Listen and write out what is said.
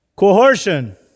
coercion